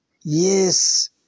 Yes